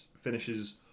finishes